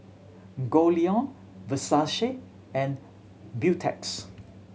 Goldlion Versace and Beautex